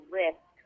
risk